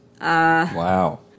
Wow